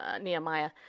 Nehemiah